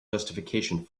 justification